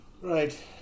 Right